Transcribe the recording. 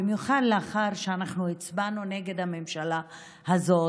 במיוחד לאחר שהצבענו נגד הממשלה הזאת?